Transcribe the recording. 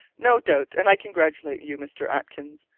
no doubt, and i congratulate you, mr. atkins,